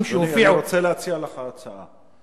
שהופיעו --- אני רוצה להציע לך הצעה,